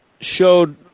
showed